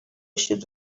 should